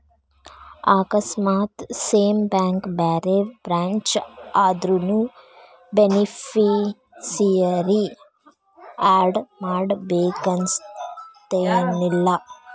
ಆಕಸ್ಮಾತ್ same bank ಬ್ಯಾರೆ branch ಆದ್ರುನೂ ಬೆನಿಫಿಸಿಯರಿ ಆಡ್ ಮಾಡಬೇಕನ್ತೆನಿಲ್ಲಾ